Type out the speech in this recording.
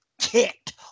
kicked